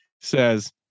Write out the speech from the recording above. says